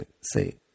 say